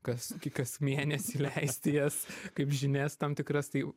kas kas mėnesį leisti jas kaip žinias tam tikras tai